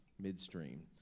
midstream